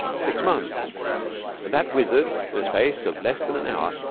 six months and that wizard, in the space of less than an hour,